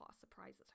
surprises